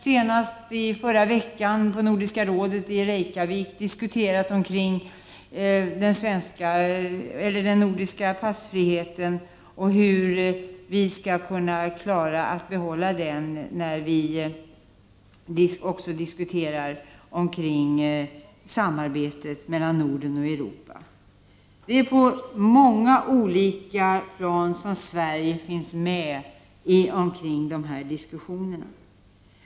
Senast i förra veckan vid nordiska rådets möte i Mariehamn diskuterades den nordiska passfriheten och hur vi skall kunna behålla den samtidigt som vi diskuterar samarbete mellan Norden och Europa. Sverige deltar på många olika plan i och omkring dessa diskussioner.